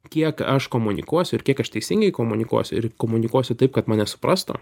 kiek aš komunikuosiu ir kiek aš teisingai komunikuosiu ir komunikuosiu taip kad mane suprastų